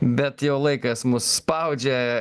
bet jau laikas mus spaudžia